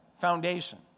Foundation